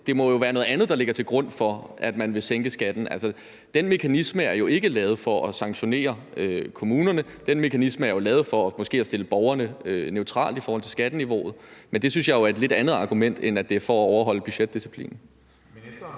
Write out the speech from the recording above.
det må være noget andet, der ligger til grund for, at man vil sænke skatten. Altså, den mekanisme er jo ikke lavet for at sanktionere kommunerne. Den mekanisme er jo lavet for måske at stille borgerne neutralt i forhold til skatteniveauet, men det synes jeg jo er et lidt andet argument, end at det er for at overholde budgetdisciplinen.